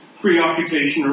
preoccupation